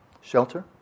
shelter